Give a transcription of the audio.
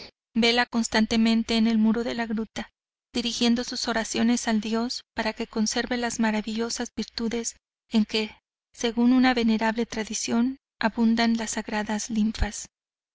vela constantemente en el muro de la gruta dirigiendo sus oraciones al dios para que conserve las maravillosas virtudes en que según una venerable tradición abunda las sagradas linfas